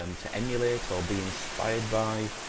um to emulate or be inspired by,